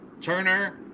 Turner